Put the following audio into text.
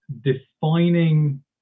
defining